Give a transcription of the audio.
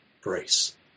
grace